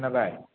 खोनाबाय